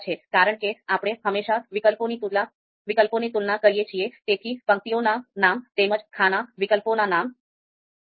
કારણ કે આપણે હમણાં વિકલ્પોની તુલના કરીએ છીએ તેથી પંક્તિઓના નામ તેમજ ખાના વિકલ્પોના નામ હશે